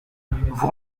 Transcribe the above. vous